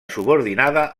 subordinada